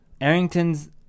Arrington's